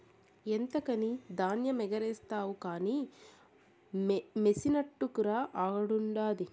ఎంతకని ధాన్యమెగారేస్తావు కానీ మెసినట్టుకురా ఆడుండాది